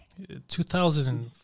2000